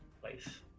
place